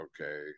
okay